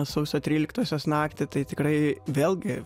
sausio tryliktosios naktį tai tikrai vėlgi